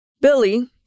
Billy